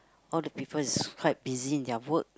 all the people is quite busy in their work